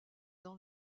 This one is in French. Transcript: dans